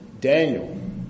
Daniel